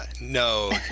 No